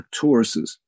Tauruses